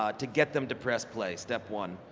ah to get them to press play, step one.